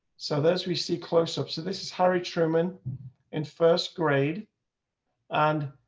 so there's we see close up. so this is harry truman in first grade and